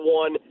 one